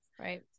Right